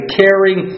caring